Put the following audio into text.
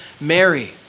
Mary